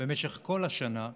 בכל השנה,